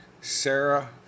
Sarah